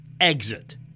exit